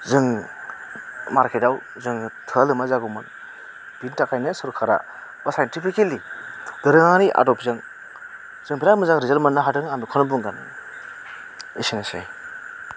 जों मारकेटआव जोङो थोया लोमा जागौमोन बिनि थाखायनो सरकारा बा साइन्टिपिकेलि दोरोङारि आदबजों जों बिराद मोजां रिजाल्ट मोनो हादों आं बेखौनो बुंगोन एसेनोसै